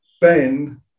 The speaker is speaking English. ben